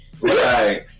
Right